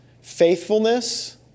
faithfulness